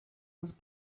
was